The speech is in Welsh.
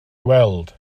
gweld